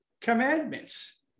commandments